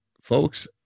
folks